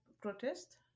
protest